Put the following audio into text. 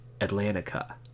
Atlantica